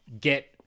get